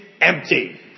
empty